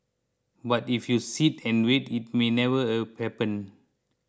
but if you sit and wait it may never a happen